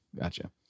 Gotcha